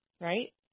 right